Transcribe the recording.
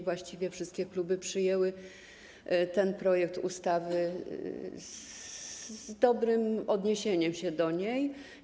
Właściwie wszystkie kluby przyjęły ten projekt ustawy z dobrym odniesieniem się do niej.